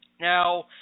Now